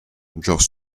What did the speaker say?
just